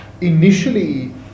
initially